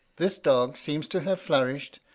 this dog seems to have flourished,